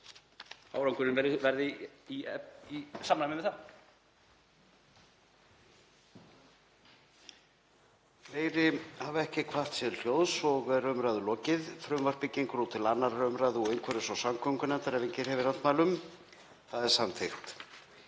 árangurinn verði í samræmi við það.